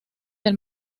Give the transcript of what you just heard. del